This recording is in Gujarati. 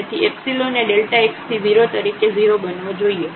તેથી એ x→0 તરીકે 0 બનવો જોઇએ